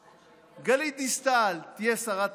גלית דיסטל תהיה שרת ההסברה